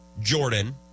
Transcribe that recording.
Jordan